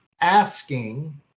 asking